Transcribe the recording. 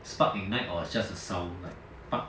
spark ignite or it's just a sound like buck